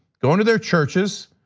go into their churches,